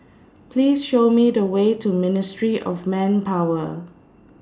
Please Show Me The Way to Ministry of Manpower